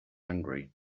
angry